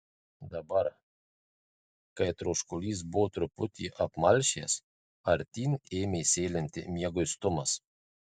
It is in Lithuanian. dabar kai troškulys buvo truputį apmalšęs artyn ėmė sėlinti mieguistumas